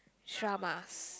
dramas